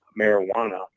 marijuana